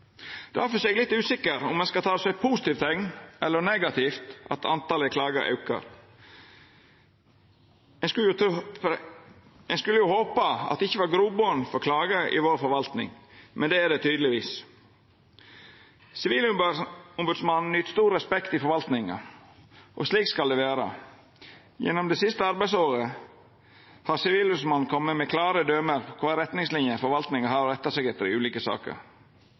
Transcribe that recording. er eg litt usikker på om ein skal ta det som eit positivt eller negativt teikn at talet på klagar aukar. Ein kunne jo håpa at det ikkje var grobotn for klagar i forvaltninga vår, men det er det tydelegvis. Sivilombodsmannen nyt stor respekt i forvaltninga – og slik skal det vera. Gjennom det siste arbeidsåret har Sivilombodsmannen kome med klare døme på retningslinjer forvaltninga har å retta seg etter i ulike saker.